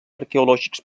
arqueològics